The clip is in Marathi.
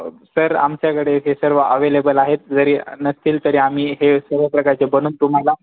सर आमच्याकडे हे सर्व अवेलेबल आहेत जरी नसतील तरी आम्ही हे सर्व प्रकारचे बनवून तुम्हाला